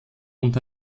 und